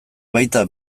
baita